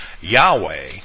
Yahweh